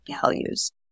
values